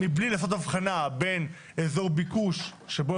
מבלי לעשות הבחנה בין אזור ביקוש שבו